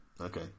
Okay